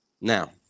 Now